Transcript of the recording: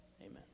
Amen